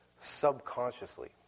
subconsciously